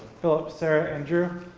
phillip, sara, andrew,